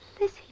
lizzie